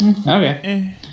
Okay